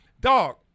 Dog